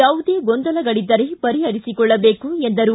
ಯಾವುದೇ ಗೊಂದಲಗಳಿದ್ದರೆ ಪರಿಪರಿಸಿಕೊಳ್ಳಬೇಕು ಎಂದರು